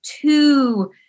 two